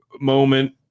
moment